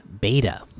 beta